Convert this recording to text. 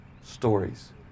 stories